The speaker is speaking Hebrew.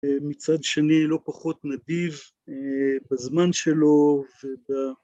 מצד שני לא פחות נדיב בזמן שלו וב...